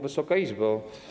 Wysoka Izbo!